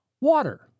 water